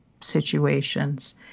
situations